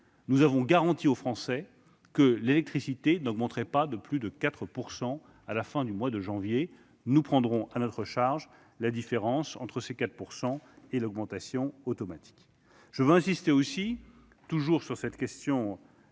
Nous avons garanti aux Français que l'électricité n'augmenterait pas de plus de 4 % à cette échéance : nous prendrons à notre charge la différence entre ces 4 % et l'augmentation automatique. Je veux insister aussi, toujours sur la réponse à apporter